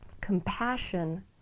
compassion